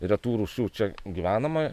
retų rūšių čia gyvenama